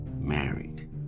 married